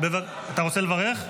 אתה רוצה לברך?